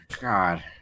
God